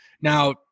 Now